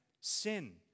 Sin